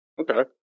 Okay